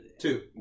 Two